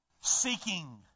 seeking